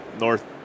north